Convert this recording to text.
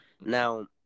Now